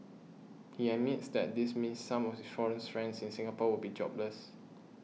he admits that this means some of his foreign friends in Singapore would be jobless